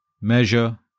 measure